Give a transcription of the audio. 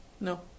No